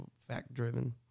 fact-driven